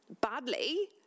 badly